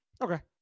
Okay